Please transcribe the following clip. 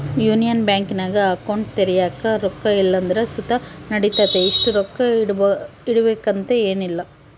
union ಬ್ಯಾಂಕಿನಾಗ account ತೆರ್ಯಾಕ ರೊಕ್ಕ ಇಲ್ಲಂದ್ರ ಸುತ ನಡಿತತೆ, ಇಷ್ಟು ರೊಕ್ಕ ಇಡುಬಕಂತ ಏನಿಲ್ಲ